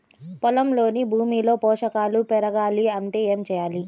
పొలంలోని భూమిలో పోషకాలు పెరగాలి అంటే ఏం చేయాలి?